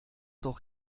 doch